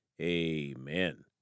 amen